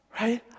Right